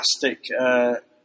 fantastic –